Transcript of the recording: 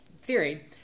theory